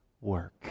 work